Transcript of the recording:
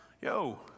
Yo